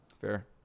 Fair